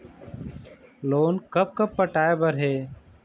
Loan कब कब पटाए बर हे?